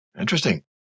Interesting